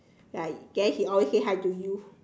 like then he always say hi to you